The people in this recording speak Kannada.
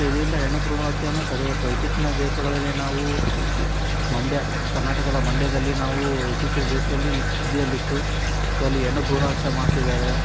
ಸೊ ಇದರಿಂದ ಹೆಣ್ಣು ಭ್ರೂಣ ಹತ್ಯೆಯನ್ನು ತಡೆಗಟ್ಟಬೇಕು ಇತ್ತೀಚಿನ ದಿವಸಗಳಲ್ಲಿ ನಾವು ಮಂಡ್ಯ ಕರ್ನಾಟಕದ ಮಂಡ್ಯದಲ್ಲಿ ನಾವು ಇತ್ತೀಚಿನ ದಿವಸದಲ್ಲಿ ಸುದ್ದಿಯಲ್ಲಿತ್ತು ಸೊ ಅಲ್ಲಿ ಹೆಣ್ಣು ಭ್ರೂಣ ಹತ್ಯೆ ಮಾಡ್ತಿದ್ದಾರೆ